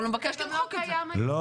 אבל